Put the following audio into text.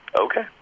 Okay